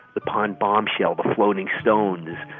the pond bombshell, the floating stones,